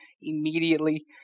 immediately